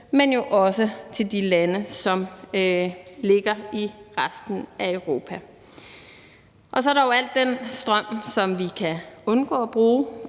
men jo også for de lande, som ligger i resten af Europa. Så er der al den strøm, som vi kan undgå at bruge.